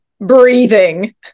breathing